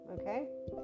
okay